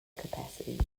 capacities